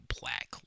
black